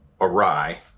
awry